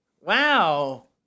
Wow